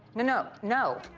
no, no,